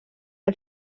del